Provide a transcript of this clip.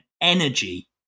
energy